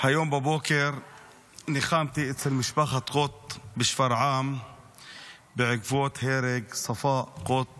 היום בבוקר ניחמתי אצל משפחת קוט בשפרעם בעקבות הרג ספאא קוט